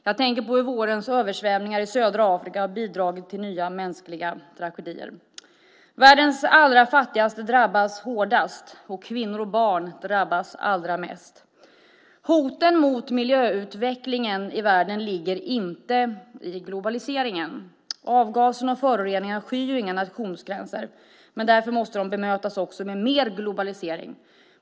Jag tänker på hur vårens översvämningar i södra Afrika har bidragit till nya mänskliga tragedier. Världens allra fattigaste drabbas hårdast, och kvinnor och barn drabbas allra mest. Hoten mot miljöutvecklingen i världen ligger inte i globaliseringen. Avgaserna och föroreningarna skyr inga nationsgränser. De måste därför bemötas med mer globalisering.